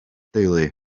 deulu